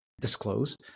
disclose